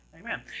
Amen